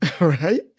right